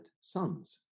sons